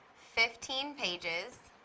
fifteen pages